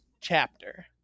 chapter